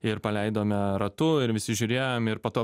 ir paleidome ratu ir įsižiūrėjom ir po to